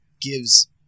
gives